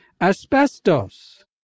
Asbestos